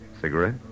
Cigarette